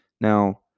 Now